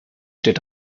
steht